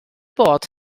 bod